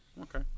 okay